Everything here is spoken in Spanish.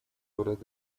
obras